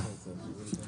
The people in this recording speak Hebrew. חוזר לישיבה.